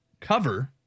cover